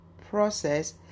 process